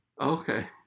Okay